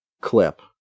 clip